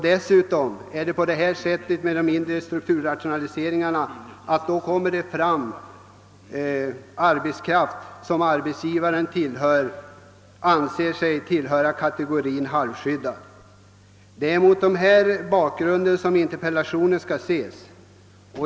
Dessutom hittar arbetsgivarna vid den inre strukturrationaliseringen arbetskraft som de anser tillhöra kategorin »halvskyddad». Det är mot denna bakgrund interpellationen skall ses.